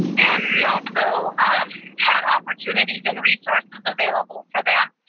and we also had opportunities and resources available for them.